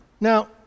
Now